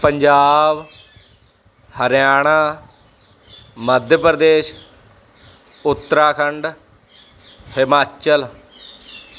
Punjab Haryana Madhya Pradesh Uttarakhand Himachal